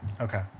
Okay